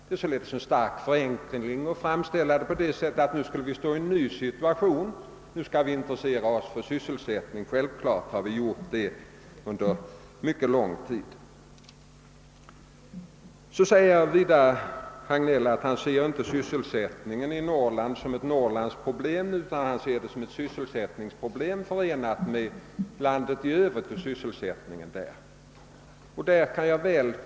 Det är således en stark förenkling att göra gällande att vi nu står i en ny situation, att vi nu skulle börja intressera oss för sysselsättningen. Natur ligtvis har vi gjort det under mycket lång tid. Vidare säger Hans Hagnell att han inte ser sysselsättningen i Norrland som ett Norrlandsproblem utan som ett sysselsättningsproblem, som hänger samman med situationen i det övriga landet.